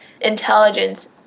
intelligence